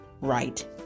right